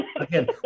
Again